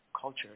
culture